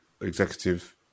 executive